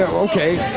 okay.